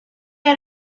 had